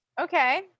Okay